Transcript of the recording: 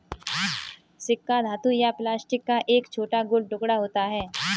सिक्का धातु या प्लास्टिक का एक छोटा गोल टुकड़ा होता है